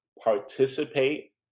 participate